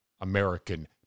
american